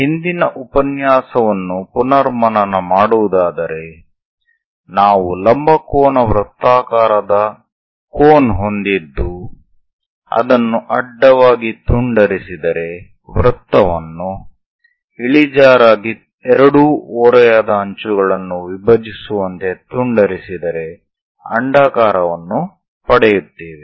ಹಿಂದಿನ ಉಪನ್ಯಾಸವನ್ನು ಪುನರ್ಮನನ ಮಾಡುವುದಾದರೆ ನಾವು ಲಂಬ ಕೋನ ವೃತ್ತಾಕಾರದ ಕೋನ್ ಹೊಂದಿದ್ದು ಅದನ್ನು ಅಡ್ಡವಾಗಿ ತುಂಡರಿಸಿದರೆ ವೃತ್ತವನ್ನು ಇಳಿಜಾರಾಗಿ ಎರಡೂ ಓರೆಯಾದ ಅಂಚುಗಳನ್ನು ವಿಭಜಿಸುವಂತೆ ತುಂಡರಿಸಿದರೆ ಅಂಡಾಕಾರವನ್ನು ಪಡೆಯುತ್ತೇವೆ